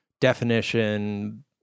definition